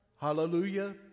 Hallelujah